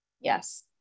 Yes